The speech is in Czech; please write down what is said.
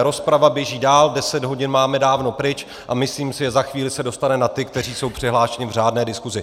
Rozprava běží dál, deset hodin máme dávno pryč a myslím si, že za chvíli se dostane na ty, kteří jsou přihlášení v řádné diskuzi.